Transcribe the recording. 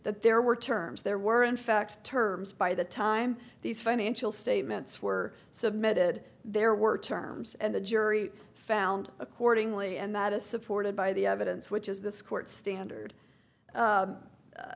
that there were terms there were in fact terms by the time these financial statements were submitted there were terms and the jury found accordingly and that is supported by the evidence which is this court standard